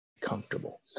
comfortable